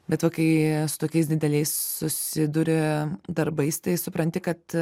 bet o kai su tokiais dideliais susiduri darbais tai supranti kad